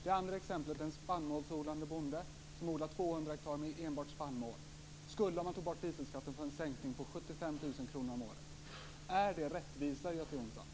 Det andra exemplet är en spannmålsodlande bonde som odlar 200 hektar med enbart spannmål. Denne bonde skulle om man tog bort dieselskatten få en sänkning på 75 000 kr om året. Är det rättvisa, Göte Jonsson?